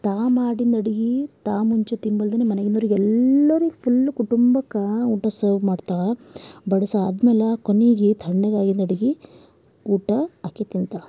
ತಾನು ಮಾಡಿದಡುಗೆ ತಾನು ಮುಂಚೆ ತಿಂಬಲ್ದೆನೆ ಮನೆ ಮಂದಿಗೆಲ್ಲರಿಗೂ ಫುಲ್ ಕುಟುಂಬಕ್ಕೆ ಊಟ ಸರ್ವ್ ಮಾಡ್ತಾಳ ಬಡಿಸಾದ್ಮೇಲೆ ಕೊನೆಗೆ ಥಣ್ಣಗಾಗಿದ್ದಡುಗೆ ಊಟ ಆಕಿ ತಿಂತಾಳ